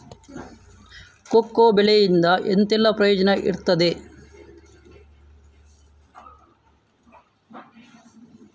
Cocoa ಬೆಳೆಗಳಿಂದ ಎಂತೆಲ್ಲ ಪ್ರಯೋಜನ ಇರ್ತದೆ?